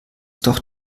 doch